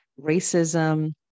racism